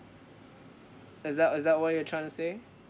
is that is that what you're trying to say